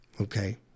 Okay